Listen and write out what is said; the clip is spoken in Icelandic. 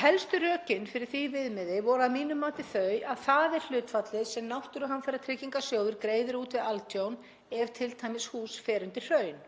Helstu rökin fyrir því viðmiði voru að mínu mati þau að það er hlutfallið sem náttúruhamfaratryggingarsjóður greiðir út við altjón ef t.d. hús fer undir hraun.